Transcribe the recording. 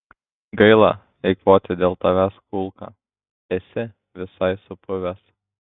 gaila eikvoti dėl tavęs kulką esi visai supuvęs